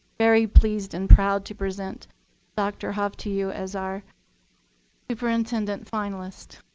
very pleased and proud to present dr. hough to you as our superintendent finalist.